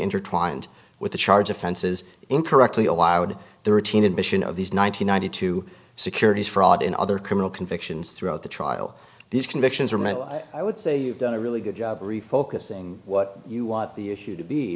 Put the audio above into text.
intertwined with the charge offenses incorrectly allowed thirteen admission of these nine hundred ninety two securities fraud and other criminal convictions throughout the trial these convictions are meant i would say you've done a really good job refocusing what you want the issue to be